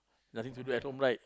nothing to do at home right